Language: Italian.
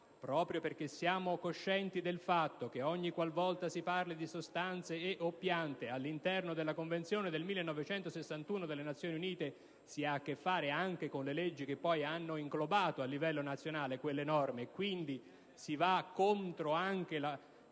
proprio perché siamo coscienti del fatto che ogniqualvolta si parla di determinate sostanze o piante (all'interno della Convenzione del 1961 delle Nazioni Unite) si ha a che fare anche con le leggi che poi hanno inglobato a livello nazionale quelle norme, c'è il problema